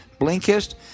Blinkist